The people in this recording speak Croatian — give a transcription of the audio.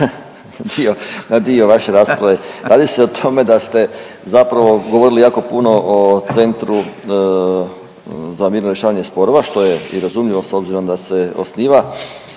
dio vaše rasprave. Radi se o tome da ste zapravo govorili jako puno o Centru za mirno rješavanje sporova što je i razumljivo s obzirom da se osniva.